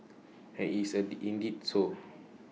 and it's A indeed so